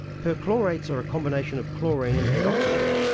perchlorates are a combination of chlorine and oxygen.